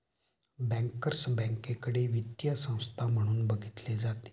bankers बँकेकडे वित्तीय संस्था म्हणून बघितले जाते